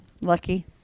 Lucky